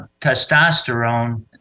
testosterone